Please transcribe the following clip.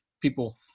people